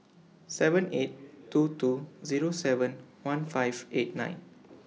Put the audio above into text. seven eight two two Zero seven one five eight nine